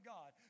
God